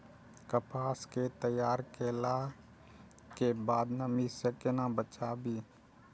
कपास के तैयार कैला कै बाद नमी से केना बचाबी?